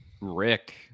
Rick